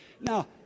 Now